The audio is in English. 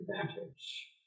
advantage